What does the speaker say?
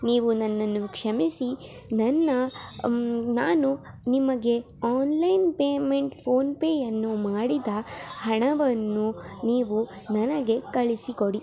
ನೀವು ನನ್ನನ್ನು ಕ್ಷಮಿಸಿ ನನ್ನ ನಾನು ನಿಮಗೆ ಆನ್ಲೈನ್ ಪೇಮೆಂಟ್ ಫೋನ್ಪೇಯನ್ನು ಮಾಡಿದ ಹಣವನ್ನು ನೀವು ನನಗೆ ಕಳಿಸಿಕೊಡಿ